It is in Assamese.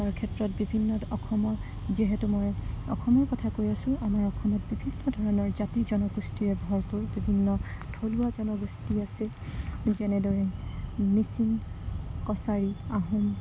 তাৰ ক্ষেত্ৰত বিভিন্ন অসমৰ যিহেতু মই অসমৰ কথা কৈ আছোঁ আমাৰ অসমত বিভিন্ন ধৰণৰ জাতি জনগোষ্ঠীৰে ভৰপূৰ বিভিন্ন থলুৱা জনগোষ্ঠী আছে যেনেদৰে মিচিং কছাৰী আহোম